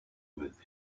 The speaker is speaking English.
with